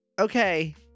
Okay